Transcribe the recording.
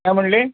काय म्हटले